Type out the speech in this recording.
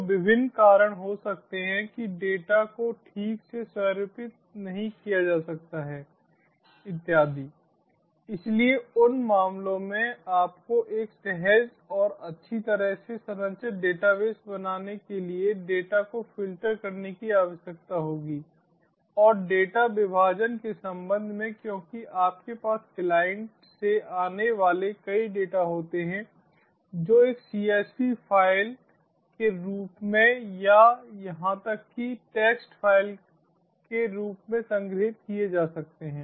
तो विभिन्न कारण हो सकते हैं कि डेटा को ठीक से स्वरूपित नहीं किया जा सकता है इत्यादि इसलिए उन मामलों में आपको एक सहज और अच्छी तरह से संरचित डेटा बेस बनाने के लिए डेटा को फ़िल्टर करने की आवश्यकता होती है और डेटा विभाजन के संबंध में क्योंकि आपके पास क्लाइंट से आने वाले कई डेटा होते हैं जो एक csv फ़ाइल के रूप में या यहां तक कि टेक्स्ट फ़ाइल का रूप में संग्रहीत किए जा सकते हैं